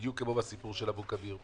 בדיוק כמו בסיפור של אבו כביר,